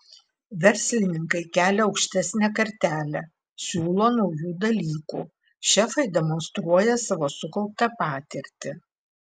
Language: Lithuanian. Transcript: verslininkai kelia aukštesnę kartelę siūlo naujų dalykų šefai demonstruoja savo sukauptą patirtį